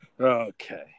Okay